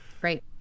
great